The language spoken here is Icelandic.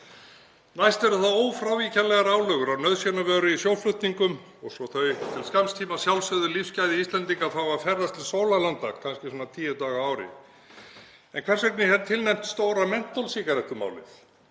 Næst verða það ófrávíkjanlegar álögur á nauðsynjavöru í sjóflutningum og svo þau til skamms tíma sjálfsögðu lífsgæði Íslendinga að fá að ferðast til sólarlanda kannski svona tíu daga á ári. En hvers vegna er hér tilnefnt stóra mentólsígarettumálið?